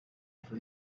for